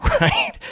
right